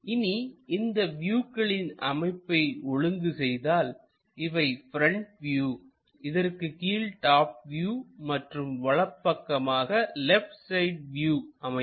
இனி இந்த வியூக்களின் அமைப்பை ஒழுங்கு செய்தால்இவை ப்ரெண்ட் வியூ இதற்கு கீழ் டாப் வியூ மற்றும் வலப்பக்கமாக லெப்ட் சைடு வியூ அமையும்